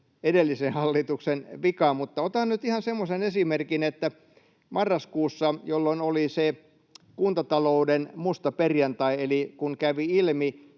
edellisen hallituksen vika. Mutta otan nyt ihan semmoisen esimerkin, että marraskuussa, jolloin oli se kuntatalouden musta perjantai, eli kun kävi ilmi